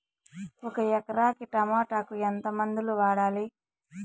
ఒక ఎకరాకి టమోటా కు ఎంత మందులు వాడాలి?